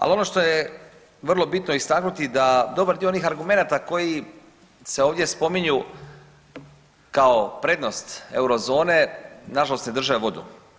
Ali ono što je vrlo bitno istaknuti da dobar dio onih argumenata koji se ovdje spominju kao prednost Eurozone, nažalost ne drže vodu.